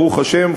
ברוך השם,